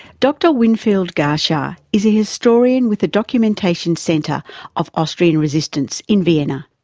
dr winfried garscha is a historian with the documentation centre of austrian resistance in vienna.